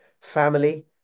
family